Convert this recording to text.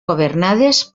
governades